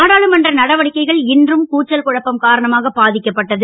நாடாளுமன்ற நடவடிக்கைகள் இன்றும் கூச்சல் குழப்பம் காரணமாக பாதிக்கப்பட்டது